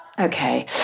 okay